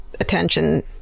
attention